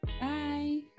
Bye